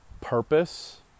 purpose